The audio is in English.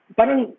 Parang